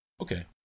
Okay